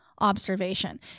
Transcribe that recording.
observation